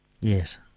Yes